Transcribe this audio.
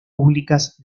públicas